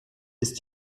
ist